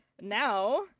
now